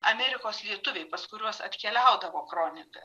amerikos lietuviai pas kuriuos atkeliaudavo kronika